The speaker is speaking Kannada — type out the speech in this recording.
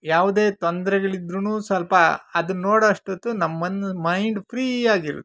ಯಾವುದೇ ತೊಂದ್ರೆಗಳಿದ್ರೂ ಸ್ವಲ್ಪ ಅದನ್ನ ನೋಡೋ ಅಷ್ಟೊತ್ತು ನಮ್ಮ ಮನ ಮೈಂಡ್ ಫ್ರೀ ಆಗಿರುತ್ತೆ